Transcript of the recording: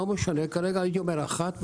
זה לא משנה; כרגע הייתי אומר אחת,